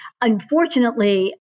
Unfortunately